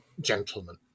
gentlemen